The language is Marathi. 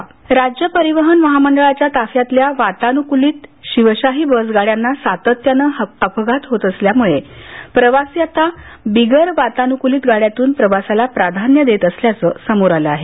एस टी राज्य परिवहन महामंडळाच्या ताफ्यातल्या वातानुकूलित शिवशाही बस गाड्यांना सातत्यानं अपघात होत असल्यामुळे प्रवासी आता बिगर वातानुकुलित गाड्यातून प्रवासाला प्राधान्य देत असल्याचंसमोर आलं आहे